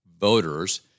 voters